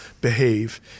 behave